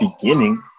beginning